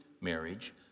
marriage